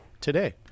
today